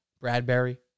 Bradbury